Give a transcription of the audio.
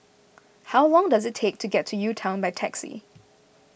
how long does it take to get to UTown by taxi